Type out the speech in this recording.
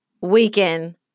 weekend